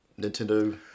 Nintendo